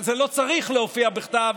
אבל זה לא צריך להופיע בכתב.